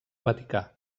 vaticà